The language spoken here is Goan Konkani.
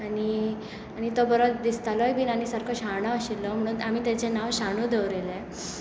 आनी तो बरो दिसतालोय बी आनी सारको शाणो आशिल्लो म्हणून आमी ताजे नांव शाणू दवरिल्लें